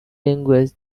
language